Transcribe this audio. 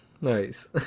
nice